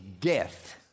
death